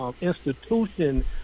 institution